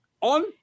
On